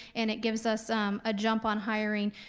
and it gives us um a jump on hiring.